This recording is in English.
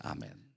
Amen